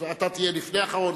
אתה תהיה לפני אחרון,